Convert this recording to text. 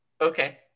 Okay